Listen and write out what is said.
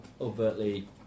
overtly